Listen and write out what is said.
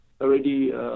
already